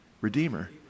Redeemer